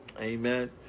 Amen